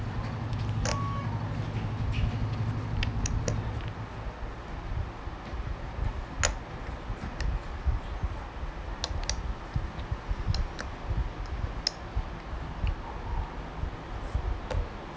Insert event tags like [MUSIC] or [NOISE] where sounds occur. [NOISE]